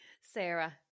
Sarah